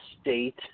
state